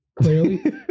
clearly